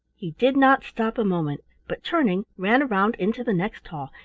he did not stop a moment, but turning ran around into the next hall,